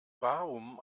warum